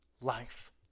life